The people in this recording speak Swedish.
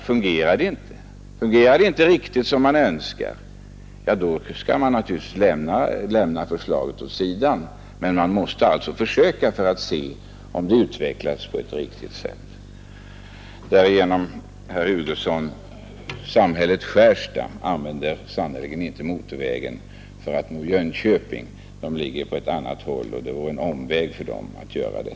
Fungerar det inte riktigt som man önskar, skall man naturligtvis lägga förslaget åt sidan, men man måste alltså försöka för att se om det utvecklas på ett riktigt sätt. Däremot, herr Hugosson, använder samhället Skärstad inte motorvägen för att nå Jönköping. Det ligger på ett annat håll, och det vore en omväg för dem som bor där att göra det.